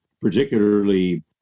particularly